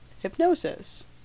hypnosis